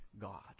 God